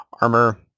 armor